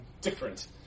different